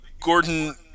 Gordon